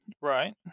Right